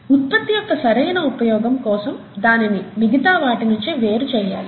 ఉత్పత్తి యొక్క సరైన ఉపయోగం కోసం దానిని మిగితా వాటి నించి వేరు చేయాలి